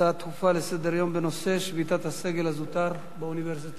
הצעות דחופות לסדר-היום בנושא: שביתת הסגל הזוטר באוניברסיטאות,